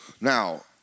Now